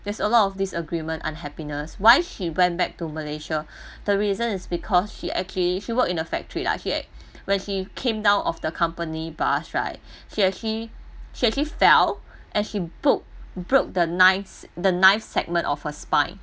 there's a lot of disagreement unhappiness why she went back to malaysia the reason is because she actually she work in a factory like she act when she came down of the company bus right she actually she actually fell and she broke broke the ninth the ninth segment of her spine